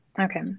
Okay